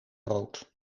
rood